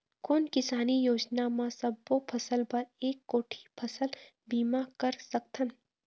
कोन किसानी योजना म सबों फ़सल बर एक कोठी फ़सल बीमा कर सकथन?